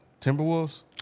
timberwolves